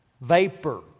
vapor